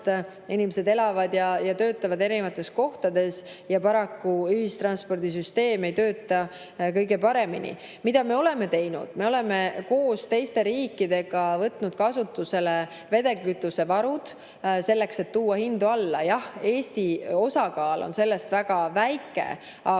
Inimesed elavad ja töötavad erinevates kohtades ning paraku ühistranspordisüsteem ei toimi [meil] kõige paremini. Mida me oleme teinud? Me oleme koos teiste riikidega võtnud kasutusele vedelkütusevarud, et tuua hindu alla. Jah, Eesti osakaal on selles väga väike, aga